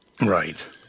Right